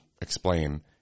explain